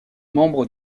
membre